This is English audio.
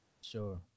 sure